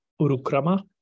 Urukrama